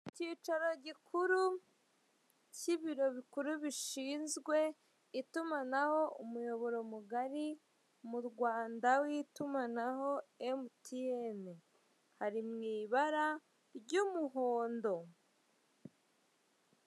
Icyicaro gikuru cy'ibiro bikuru bishinzwe itumanaho, umuyoboro mugari mu Rwanda w'itumanaho, Emutiyeni. Hari mu ibara ry'umuhondo.